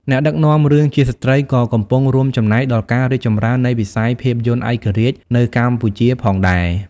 អ្នកដឹកនាំរឿងជាស្ត្រីក៏កំពុងរួមចំណែកដល់ការរីកចម្រើននៃវិស័យភាពយន្តឯករាជ្យនៅកម្ពុជាផងដែរ។